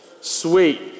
Sweet